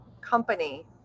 company